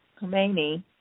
Khomeini